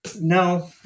no